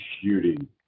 shooting